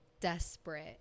desperate